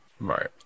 Right